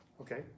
Okay